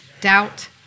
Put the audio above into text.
doubt